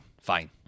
fine